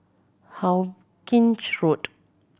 Hawkinge Road